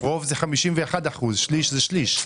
רוב זה 51%, שליש זה שליש.